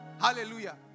hallelujah